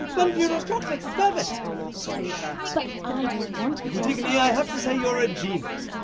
funn funerals chocolates! it's perfect! almost too perfect. but i don't want to antigone, i have to say you're a genius.